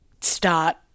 start